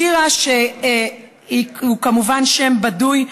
זה כמובן שם בדוי.